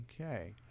Okay